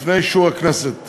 לפני אישור הכנסת.